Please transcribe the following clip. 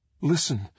Listen